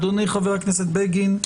אדוני חבר הכנסת בגין,